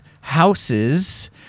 houses